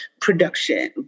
production